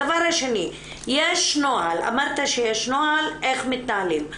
דבר שני, אמרת שיש נוהל איך מתנהלים.